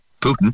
Putin